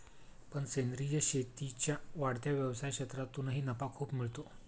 पण सेंद्रीय शेतीच्या वाढत्या व्यवसाय क्षेत्रातूनही नफा खूप मिळतो